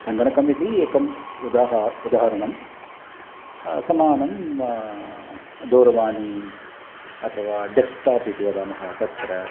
सङ्गणकम् इति एकम् उदाह उदाहरणं समानं दूरवाणी अथवा डेस्क्टाप् इति वदामः तत्र